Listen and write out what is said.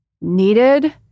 needed